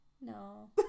No